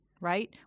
right